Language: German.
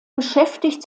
beschäftigt